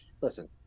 listen